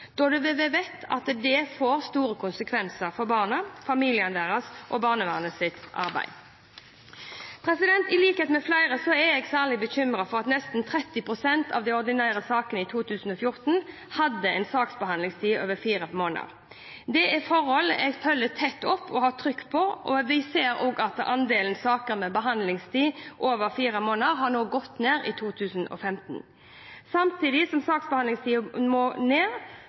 det får store konsekvenser for barna, familiene deres og barnevernets arbeid. I likhet med flere andre er jeg særlig bekymret for at nesten 30 pst. av de ordinære sakene i 2014 hadde en behandlingstid på over fire måneder. Dette er forhold jeg følger tett og har trykk på, og vi ser at andelen saker med behandlingstid over fire måneder har gått ned i 2015. Samtidig som saksbehandlingstida må ned,